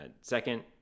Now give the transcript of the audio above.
second